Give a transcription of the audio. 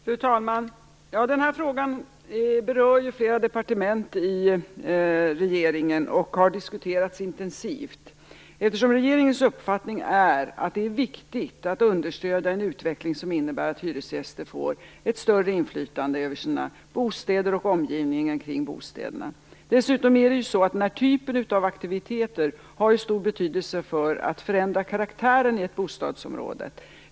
Fru talman! Den här frågan berör flera departement i regeringen och har diskuterats intensivt. Det är regeringens uppfattning att det är viktigt att understödja en utveckling som innebär att hyresgäster får ett större inflytande över sina bostäder och omgivningen kring dessa. Dessutom har den här typen av aktiviteter stor betydelse för att förändra karaktären i ett bostadsområde.